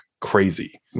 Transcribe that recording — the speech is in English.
crazy